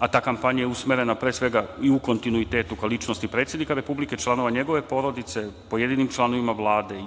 a ta kampanja je usmerena pre svega i u kontinuitetu ka ličnosti predsednika republike, članova njegove porodice, pojedinim članovima Vlade,